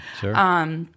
Sure